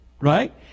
right